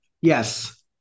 Yes